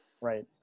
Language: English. right